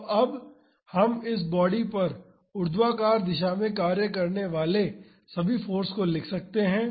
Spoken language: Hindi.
तो अब हम इस बॉडी पर ऊर्ध्वाधर दिशा में कार्य करने वाले सभी फाॅर्स को लिख सकते हैं